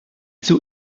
zur